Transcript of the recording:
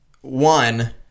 one